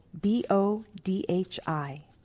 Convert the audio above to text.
B-O-D-H-I